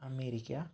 America